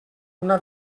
una